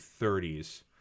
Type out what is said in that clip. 30s